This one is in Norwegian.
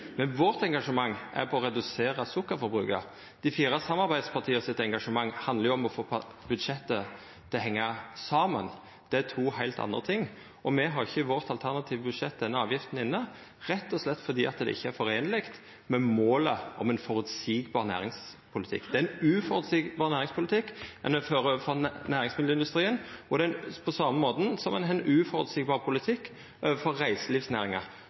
men engasjementet vårt handlar om å redusera sukkerforbruket. Engasjementet til dei fire samarbeidspartia handlar om å få budsjettet til å hengja saman. Det er to heilt ulike ting. I det alternative budsjettet vårt har me ikkje denne avgifta inne, rett og slett fordi det ikkje er i samsvar med målet om ein føreseieleg næringspolitikk. Ein fører ein uføreseieleg næringspolitikk overfor næringsmiddelindustrien, på same måten som ein har ein uføreseieleg politikk overfor reiselivsnæringa.